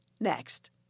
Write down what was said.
next